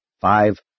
Five